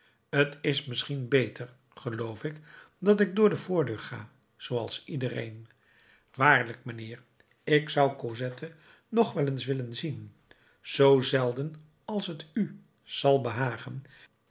t is misschien beter geloof ik dat ik door de voordeur ga zooals iedereen waarlijk mijnheer ik zou cosette nog wel eens willen zien zoo zelden als t u zal behagen